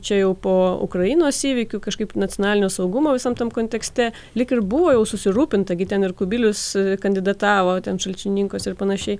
čia jau po ukrainos įvykių kažkaip nacionalinio saugumo visam tam kontekste lyg ir buvo jau susirūpinta gi ten ir kubilius kandidatavo šalčininkuose ir panašiai